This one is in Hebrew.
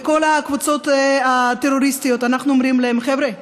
לכל הקבוצות הטרוריסטיות: חבר'ה,